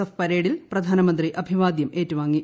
F പരേഡിൽ പ്രധാനമന്ത്രി അഭിവാദ്യം ഏറ്റുവാങ്ങി